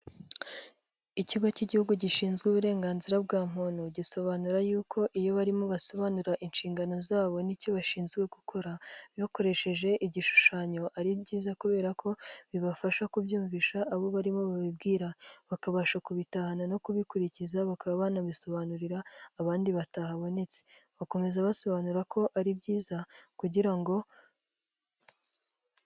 Ikigo cy'igihugu gishinzwe uburenganzira bwa muntu, gisobanura yuko iyo barimo basobanura inshingano zabo ni cyo bashinzwe gukora. Bakoresheje igishushanyo ari byiza kubera ko bibafasha kubyumvisha abo barimo babibwira, bakabasha kubitahana no kubikurikiza bakaba banabisobanurira abandi batabohanetse, bakomeza basobanura ko ari byiza kugira ngo...